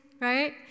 right